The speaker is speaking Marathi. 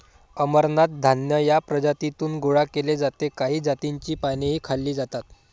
अमरनाथ धान्य या प्रजातीतून गोळा केले जाते काही जातींची पानेही खाल्ली जातात